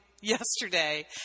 yesterday